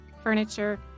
furniture